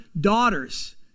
daughters